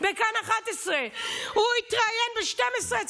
בכאן 11. הוא התראיין ב-12.